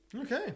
Okay